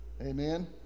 Amen